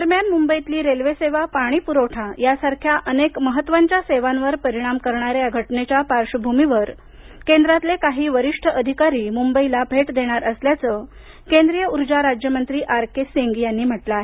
दरम्यान मुंबईतली रेल्वे सेवा पाणी पुरवठा यासारख्या अनेक महत्त्वाच्या सेवांवर परिणाम करणाऱ्या या घटनेच्या पार्श्वभूमिवर केंद्रातले काही वरिष्ठ अधिकारी मुंबईला भेट देणार असल्याचं केंद्रीय उर्जा राज्य मंत्री आर के सिंग यांनी म्हटलं आहे